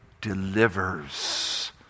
delivers